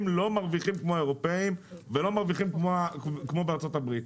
לא מרוויחים כמו האירופאים ולא מרוויחים כמו בארצות הברית.